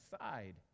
side